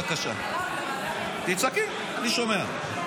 בבקשה, תצעקי, אני שומע.